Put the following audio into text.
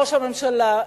ראש הממשלה,